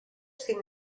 sin